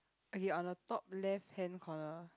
okay on the top left hand corner